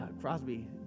Crosby